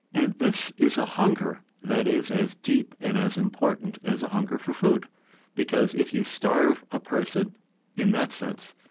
and this is a hunger that is as deep and as important as a hunger for food because if you starve a person in that sense,